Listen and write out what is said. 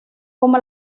como